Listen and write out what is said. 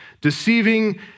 deceiving